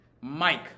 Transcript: Mike